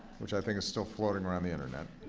which i think is still floating around the internet.